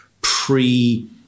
pre